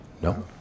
No